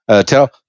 Tell